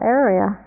area